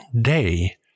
day